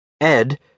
Ed